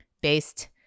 based